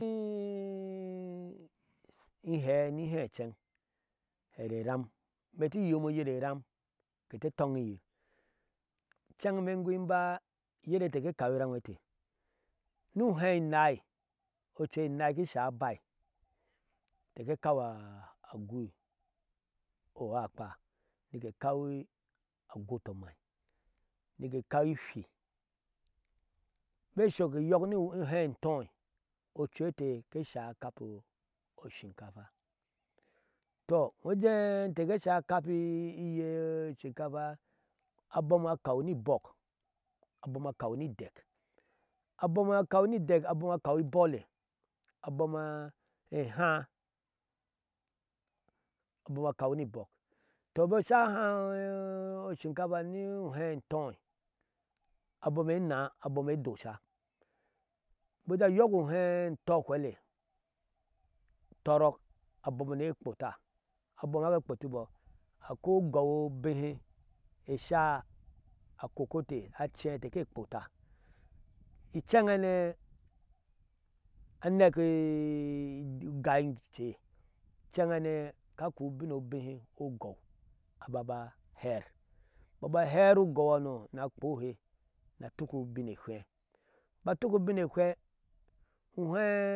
in hɛɛ ni he inceŋ, here e iram, inee ti inyeme oya e iram ke te tɔnniyir, inceŋ imee ingui in ba yir ete ke kaw iram nwete ri uhɛɛ enai ocuuwennai ki shai abai, inte ke lkaw agui uaakpa, mike kaw agotamai nike kaw ihwi. be shok eyɔk eyɔk ni ohɛɛ etɔi ocuu ete ke shai akupe oshinkafa tɔ iyo iujɛɛ inte ke shai akapi iyee inte ke shai akapi iyee oshinkafa abom kaw ni abɔk, idak, abom akwa ibole, abom ehaa, abom akaw ni ibɔk. to be sha ahaa oshin ka fa ni uhɛɛ etɔi ebom enaa, ebom edosha, bik ajee ayɔk uhee etɔhwele, utɔrɔƙ abom ni egbota, abom haka agbotibɔ akwai ugow ubehe esha akokote, acee ete ke gbota incdhane anɛkee vgaice, in ceghananoi ka kɔɔ ubin obehe ugɔw, aba ba aher imbɔɔ ba aher ugɔw hano ni agbohe ni atuk ubin ehwɛba atuk ubin ehwe uhwɛɛ.